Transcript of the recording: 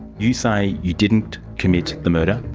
you say you didn't commit the murder?